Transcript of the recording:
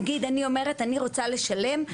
נגיד אני אומרת אני רוצה לשלם,